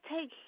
take